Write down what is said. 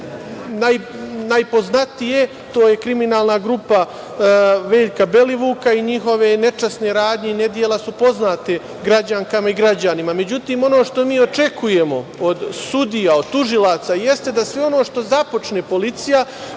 najpoznatije, a to je kriminalna grupa Veljka Belivuka. Njihove nečasne radnje i nedela su poznata građankama i građanima. Međutim, ono što mi očekujemo od sudija, od tužilaca, jeste da sve ono što započne policija